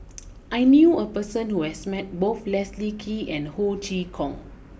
I knew a person who has met both Leslie Kee and Ho Chee Kong